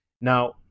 Now